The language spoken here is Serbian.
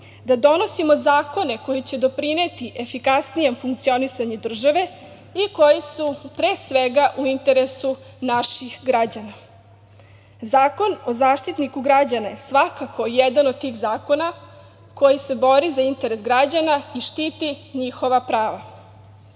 da donosimo zakone koji će doprineti efikasnijem funkcionisanju države i koji su, pre svega, u interesu naših građana. Zakon o Zaštitniku građana je svakako jedan od tih zakona koji se bori za interes građana i štiti njihova